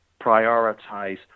prioritize